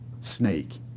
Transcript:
snake